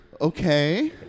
Okay